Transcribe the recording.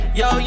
yo